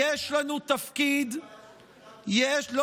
יש לנו תפקיד, זאת הבעיה, שהתנתקתם.